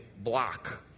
block